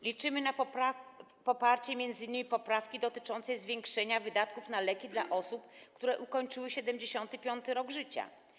Liczymy na poparcie m.in. poprawki dotyczącej zwiększenia wydatków na leki dla osób, które ukończyły 75. rok życia.